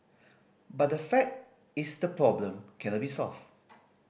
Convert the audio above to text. but the fact is the problem cannot be solved